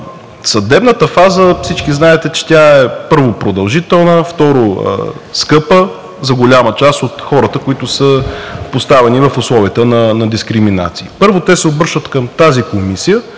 съдебната фаза, всички знаете, че тя, първо, е продължителна, второ, е скъпа за голяма част от хората, които са поставени в условията на дискриминация. Първо, те се обръщат към тази комисия,